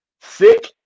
Sick